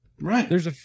Right